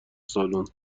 سالن